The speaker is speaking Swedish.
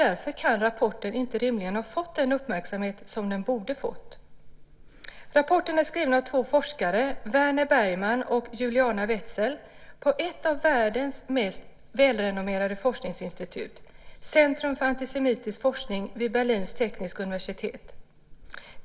Därför kan rapporten inte rimligen ha fått den uppmärksamhet som den borde har fått. Rapporten är skriven av två forskare, Werner Bergmann och Juliane Wetzel, på ett av världens mest välrenommerade forskningsinstitut - Centrum för antisemitisk forskning vid Berlins tekniska universitet.